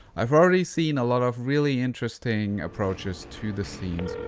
i've already seen a lot of really interesting approaches to the scenes.